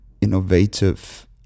innovative